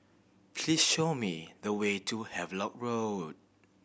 please show me the way to Havelock Road